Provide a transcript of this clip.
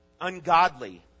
ungodly